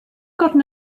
gotten